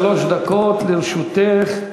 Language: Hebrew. שלוש דקות לרשותך.